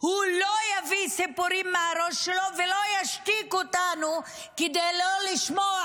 לא יביא סיפורים מהראש שלו ולא ישתיק אותנו כדי לא לשמוע,